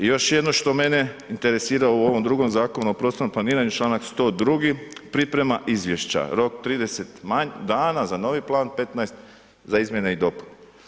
Još jedno što mene interesira u ovom drugom Zakonu o prostornom planiranju, čl. 102. priprema izvješća, rok 30 dana za novi plan, 15 za izmjene i dopune.